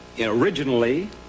originally